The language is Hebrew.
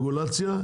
ברגולציה,